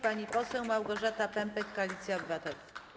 Pani poseł Małgorzata Pępek, Koalicja Obywatelska.